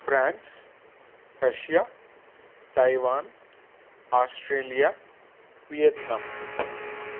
France Russia Taiwan Australia Vietnam